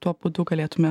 tuo būdu galėtume